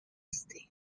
state